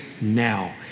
now